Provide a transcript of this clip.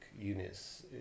units